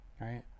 right